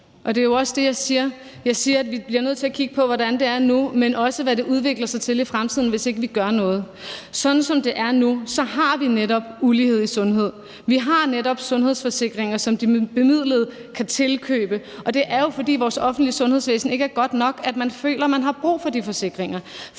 og det er jo også det, jeg siger. Jeg siger, at vi bliver nødt til at kigge på, hvordan det er nu, men også på, hvad det udvikler sig til i fremtiden, hvis ikke vi gør noget. Sådan som det er nu, har vi netop ulighed i sundhed. Vi har netop sundhedsforsikringer, som de bemidlede kan tilkøbe, og det er jo, fordi vores offentlige sundhedsvæsen ikke er godt nok, at man føler, at man har brug for de forsikringer.